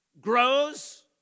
grows